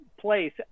place